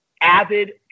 avid